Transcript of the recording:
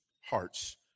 hearts